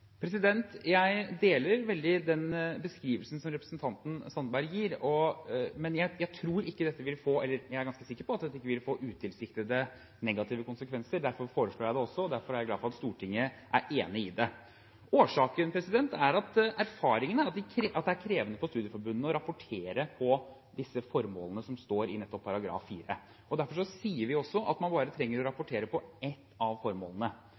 Jeg deler veldig den beskrivelsen som representanten Sandberg gir, men jeg er ganske sikker på at dette ikke vil få utilsiktede negative konsekvenser. Derfor foreslår jeg det også, og derfor er jeg glad for at Stortinget er enig i det. Årsaken er at erfaringene er at det er krevende for studieforbundene å rapportere på disse formålene som står i nettopp § 4. Derfor sier vi også at man bare trenger å rapportere på ett av formålene.